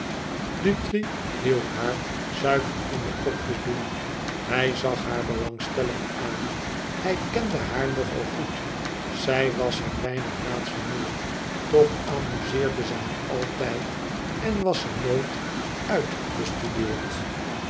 dutri hielp haar suiker in de kopjes doen hij zag haar belangstellend aan hij kende haar nog al goed zij was hem weinig raadsel meer toch amuzeerde ze hem altijd en was ze nooit uitbestudeerd